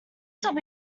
would